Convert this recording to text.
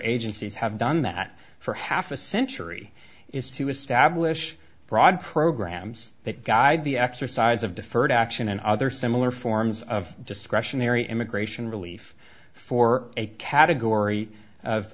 agencies have done that for half a century is to establish broad programs that guide the exercise of deferred action and other similar forms of discretionary immigration relief for a category of